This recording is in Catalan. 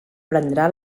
prendrà